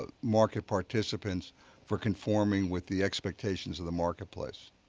market participants for conforming with the expectations of the marketplace.